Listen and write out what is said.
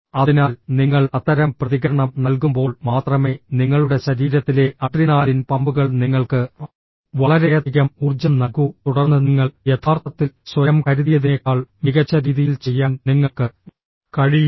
അതിനാൽ നിങ്ങൾ അത്തരം പ്രതികരണം നൽകുമ്പോൾ മാത്രമേ നിങ്ങളുടെ ശരീരത്തിലെ അഡ്രിനാലിൻ പമ്പുകൾ നിങ്ങൾക്ക് വളരെയധികം ഊർജ്ജം നൽകൂ തുടർന്ന് നിങ്ങൾ യഥാർത്ഥത്തിൽ സ്വയം കരുതിയതിനേക്കാൾ മികച്ച രീതിയിൽ ചെയ്യാൻ നിങ്ങൾക്ക് കഴിയും